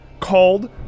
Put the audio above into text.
called